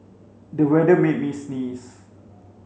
the weather made me sneeze